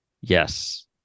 Yes